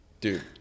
Dude